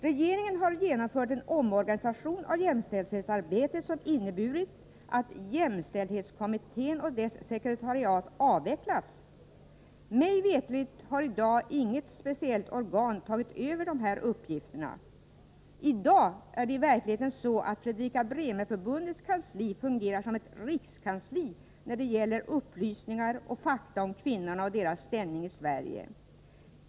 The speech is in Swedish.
Regeringen har genomfört en omorganisation av jämställdhetsarbetet som inneburit att jämställdhetskommittén och dess sekreteriat avvecklats. Mig veterligt har i dag inget speciellt organ övertagit dess uppgifter. I dag är verkligheten den att Fredrika Bremer-förbundets kansli fungerar som ett rikskansli för upplysningar och fakta om kvinnorna och deras ställning i Sverige.